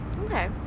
okay